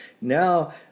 now